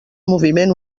moviment